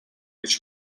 гэж